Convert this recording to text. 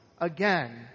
again